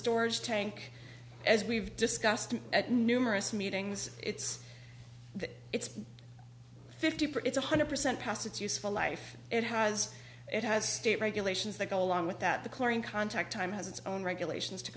storage tank as we've discussed at numerous meetings it's that it's fifty part it's one hundred percent pass it's useful life it has it has state regulations that go along with that the chlorine contact time has its own regulations to